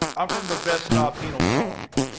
i'm from the vesnov penal colony.